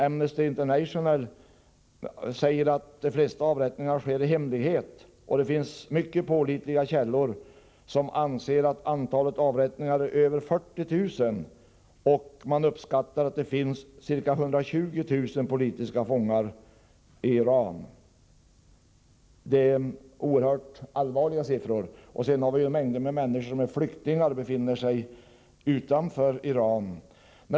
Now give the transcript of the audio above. Amnesty International säger emellertid att de flesta avrättningar sker i hemlighet. Mycket pålitliga källor anser att antalet avrättningar uppgår till över 40 000. Man beräknar att det finns ca 120 000 politiska fångar i Iran. Det är oerhört allvarliga siffror. Dessutom är mängder av människor flyktingar och befinner sig utanför Iran.